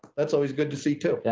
that's always good to see too. yeah